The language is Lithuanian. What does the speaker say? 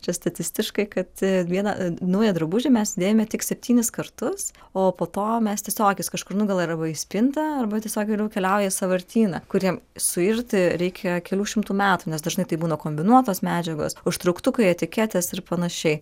čia statistiškai kad vieną naują drabužį mes dėvime tik septynis kartus o po to mes tiesiog jis kažkur nugula arba į spintą arba tiesiog geriau keliauja į sąvartyną kur jam suirti reikia kelių šimtų metų nes dažnai tai būna kombinuotos medžiagos užtrauktukai etiketės ir panašiai